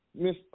Miss